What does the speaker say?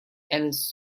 alice